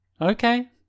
Okay